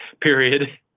period